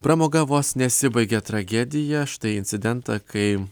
pramoga vos nesibaigė tragedija štai incidentą kai